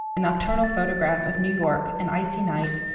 nocturnal photograph of new york, an icy night,